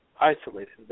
isolated